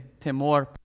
temor